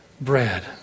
bread